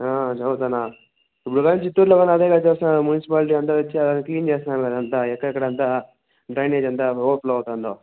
చదువుతున్న ఇప్పుడు గాని చిత్తూరులో గాని అదే మున్సిపాలిటీ అంటే వచ్చి క్లీన్ చేస్తున్నారు కదా అదంతా ఎక్కడెక్కడ అంత డ్రైనేజ్ అంతా ఓవర్ఫ్లో అవుతుందో